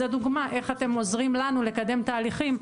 זאת דוגמה איך אתם עוזרים לנו לקדם תהליכים.